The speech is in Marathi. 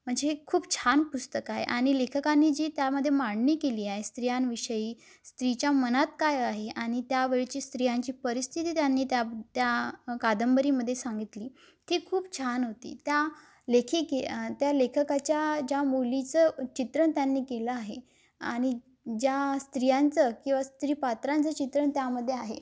म्हणजे खूप छान पुस्तक आ आहे आणि लेखकांनी जी त्यामध्ये मांडणी केली आहे स्त्रियांविषयी स्त्रीच्या मनात काय आहे आणि त्यावेळीची स्त्रियांची परिस्थिती त्यांनी त्या त्या कादंबरीमध्ये सांगितली ती खूप छान होती त्या लेखिके त्या लेखकाच्या ज्या मुलीचं चित्रण त्यांनी केलं आहे आणि ज्या स्त्रियांचं किंवा स्त्रीपात्रांचं चित्रण त्यामध्ये आहे